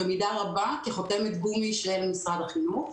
במידה רבה כחותמת גומי של משרד החינוך,